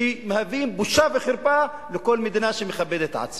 שמהווים בושה וחרפה לכל מדינה שמכבדת את עצמה.